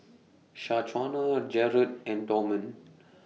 Shaquana Jarrod and Dorman